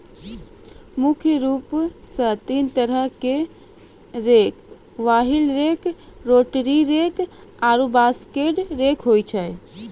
मुख्य रूप सें तीन तरहो क rake wheel rake, rotary rake आरु बास्केट रेक होय छै